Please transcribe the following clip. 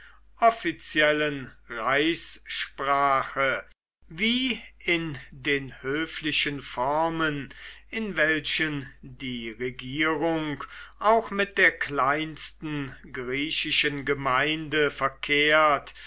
offiziellen reichssprache wie in den höflichen formen in welchen die regierung auch mit der kleinsten griechischen gemeinde verkehrt